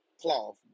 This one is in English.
cloth